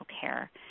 care